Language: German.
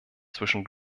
zwischen